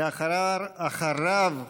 ואחריו,